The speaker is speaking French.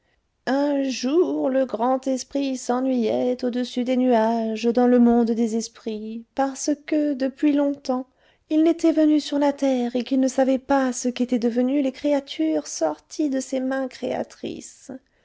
un jour le grand esprit s'ennuyait au-dessus des nuages dans le monde des esprits parce que depuis longtemps il n'était venu sur la terre et qu'il ne savait pas ce qu'étaient devenues les créatures sorties de ses mains créatrices